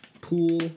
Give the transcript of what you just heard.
Pool